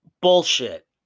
Bullshit